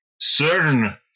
certain